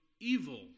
evil